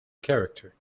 character